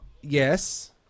Yes